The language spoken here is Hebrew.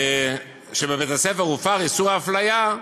שבבית-הספר הופר איסור אפליה,